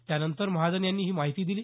त्यानंतर महाजन यांनी ही माहिती दिली